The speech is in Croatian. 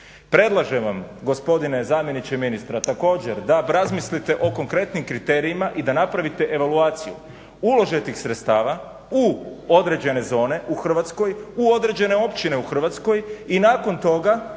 Predlažem vam gospodine zamjeniče ministra također da razmislite o konkretnim kriterijima i da napravite evaluaciju uloženih sredstava u određene zone u Hrvatskoj, u određene općine u Hrvatskoj i nakon toga